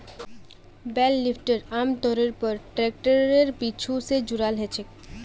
बेल lifter आमतौरेर पर ट्रैक्टरेर पीछू स जुराल ह छेक